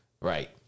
Right